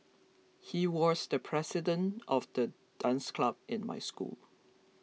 he was the president of the dance club in my school